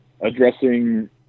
addressing